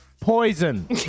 Poison